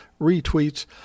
retweets